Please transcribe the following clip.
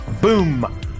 boom